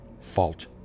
fault